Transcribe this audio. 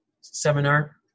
Seminar